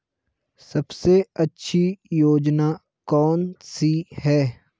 सबसे अच्छी योजना कोनसी है?